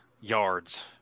yards